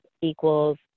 equals